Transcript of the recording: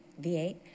V8